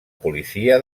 policia